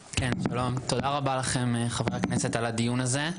שלום, תודה רבה לכם, חברי הכנסת, על הדיון הזה.